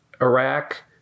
Iraq